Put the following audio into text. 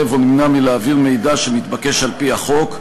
או נמנע מלהעביר מידע שמתבקש על-פי החוק.